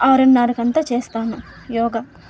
ఆరున్నరకంతా చేస్తాను యోగా